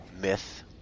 myth